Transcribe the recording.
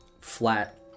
flat